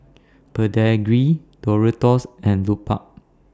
Pedigree Doritos and Lupark